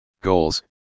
goals